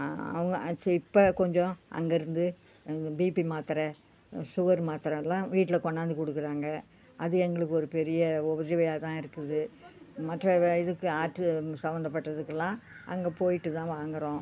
அவங்க சரி இப்போ கொஞ்சம் அங்கே இருந்து எனக்கு பீபி மாத்தரை சுகர் மாத்தரை எல்லாம் வீட்டில் கொண்டாந்து கொடுக்குறாங்க அது எங்களுக்கு ஒரு பெரிய உதவியாக தான் இருக்குது மற்ற வே இதுக்கு ஆர்ட்டு சம்மந்தப்பட்டதுக்குலாம் அங்கே போயிட்டு தான் வாங்குகிறோம்